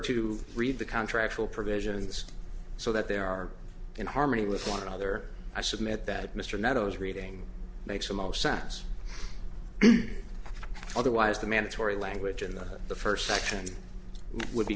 to read the contract will provisions so that they are in harmony with one another i submit that mr meadows reading makes the most sense otherwise the mandatory language in the first section would be